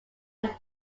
who